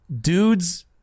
dudes